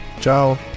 Ciao